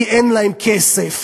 כי אין להם כסף.